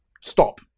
stop